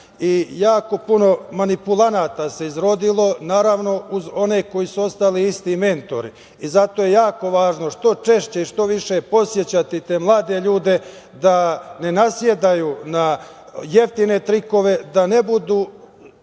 i jako puno manipulanata se izrodilo, naravno uz one koji su ostali isti mentori. Zato je jako važno što češće i što više podsećati te mlade ljude da ne nasedaju na jeftine trikove, da ne budu